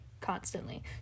constantly